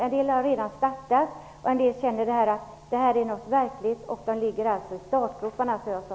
En del har redan startat, och oerhört många kommuner känner att detta är något verkligt. De ligger alltså i startgroparna.